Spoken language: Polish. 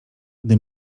gdy